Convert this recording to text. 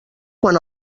quan